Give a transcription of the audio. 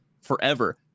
Forever